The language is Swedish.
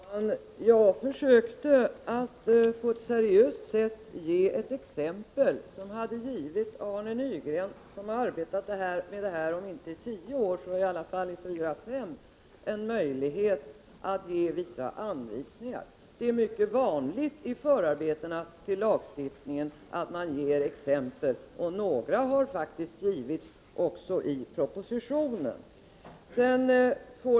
Herr talman! Jag försökte att på ett seriöst sätt anföra ett exempel som hade givit Arne Nygren, som har arbetat i varje fall fyra fem år med dessa frågor, en möjlighet att lämna vissa anvisningar. Det är mycket vanligt att man ger exempel i förarbetena till lagstiftningen, och några sådana har faktiskt lämnats också i propositionen.